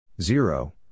Zero